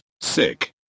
sick